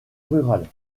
rurale